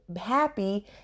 happy